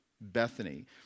Bethany